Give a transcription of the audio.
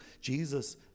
Jesus